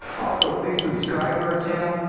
also, please subscribe to our channel,